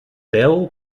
belle